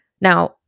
Now